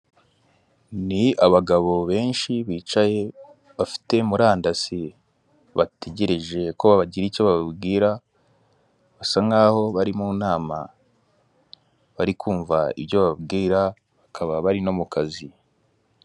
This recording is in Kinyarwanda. Ni abagabo benshi bicaye bafite murandasi bategereje ko bagira icyo babwira, basa nk'aho bari mu nama, bari kumva ibyo bababwira, bakaba bari no mu kazi.